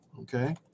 okay